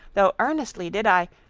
though earnestly did i,